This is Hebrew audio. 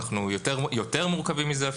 והם אפילו יותר מורכבים מזה,